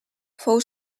fou